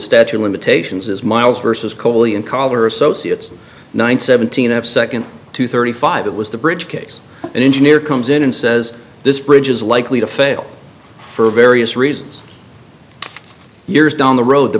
statue of limitations is miles versus coldly and collar associates nine seventeen of second to thirty five it was the bridge case an engineer comes in and says this bridge is likely to fail for various reasons years down the road the